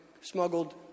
smuggled